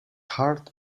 heart